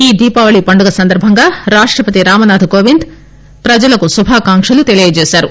ఈ దీపావళి పండుగ సందర్భంగా రాష్టపతి రామ్నాథ్ కోవింద్ ప్రజలకు శుభాకాంక్షలు తెలియజేశారు